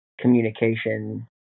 communication